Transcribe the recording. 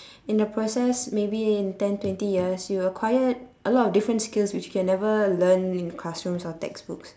in your process maybe in ten twenty years you acquire a lot of different skills which you can never learn in classrooms or textbooks